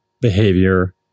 behavior